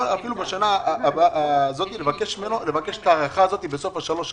אפילו בשנה הזאת לבקש את ההארכה הזאת בסוף שלוש השנים.